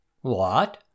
What